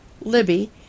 libby